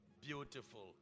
beautiful